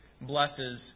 blesses